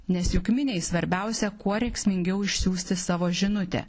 nes juk miniai svarbiausia kuo rėksmingiau išsiųsti savo žinutę